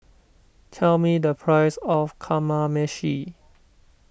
tell me the price of Kamameshi